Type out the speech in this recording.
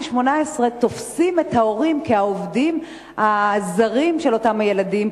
18 תופסים את ההורים כעובדים הזרים של אותם הילדים,